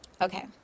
Okay